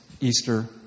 Easter